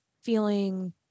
feeling